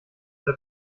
der